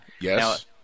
Yes